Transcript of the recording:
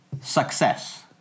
success